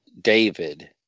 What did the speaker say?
David